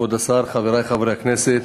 כבוד השר, חברי חברי הכנסת,